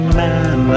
man